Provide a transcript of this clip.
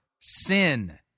sin